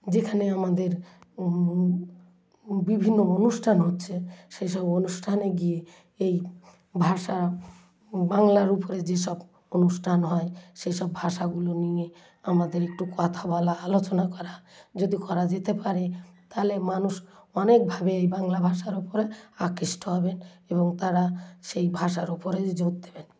যেখানে আমাদের বিভিন্ন অনুষ্ঠান হচ্ছে সেই সব অনুষ্ঠানে গিয়ে এই ভাষা বাংলার উপরে যে সব অনুষ্ঠান হয় সেই সব ভাষাগুলো নিয়ে আমাদের একটু কথা বলা আলোচনা করা যদি করা যেতে পারে তাহলে মানুষ অনেকভাবে এই বাংলা ভাষার ওপরে আকৃষ্ট হবেন এবং তারা সেই ভাষার ওপরেই জোর দেবেন